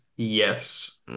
Yes